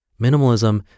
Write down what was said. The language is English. Minimalism